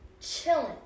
Chilling